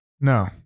No